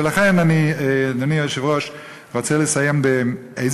ולכן אני, אדוני היושב-ראש, רוצה לסיים באיזה